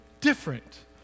different